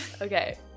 Okay